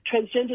Transgender